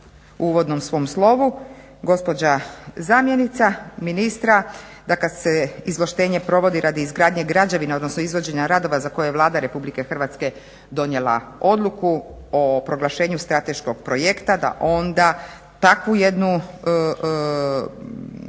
uvodnom svom slovu gospođa zamjenica ministra da kad se izvlaštenje provodi radi izgradnje građevina odnosno izvođenja radova za koje je Vlada RH donijela odluku o proglašenju strateškog projekta da onda takvu jednu,